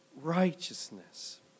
righteousness